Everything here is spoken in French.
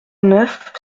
neuf